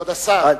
כבוד השר,